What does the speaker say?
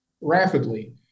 rapidly